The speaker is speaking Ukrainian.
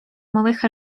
малих